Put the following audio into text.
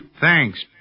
Thanks